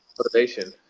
motivation!